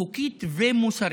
חוקית ומוסרית.